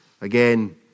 Again